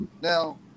Now